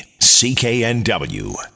CKNW